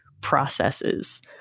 processes